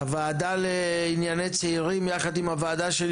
הוועדה לענייני צעירים ביחד עם הוועדה שלי